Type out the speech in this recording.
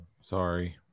sorry